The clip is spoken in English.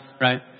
Right